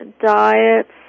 diets